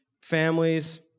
families